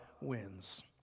wins